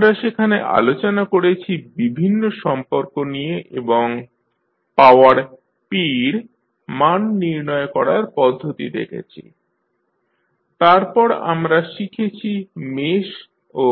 আমরা সেখানে আলোচনা করেছি বিভিন্ন সম্পর্ক নিয়ে এবং পাওয়ার P র মান নির্ণয় করার পদ্ধতি দেখেছি তারপর আমরা শিখেছি মেশ ও